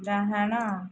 ଡାହାଣ